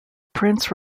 prince